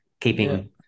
keeping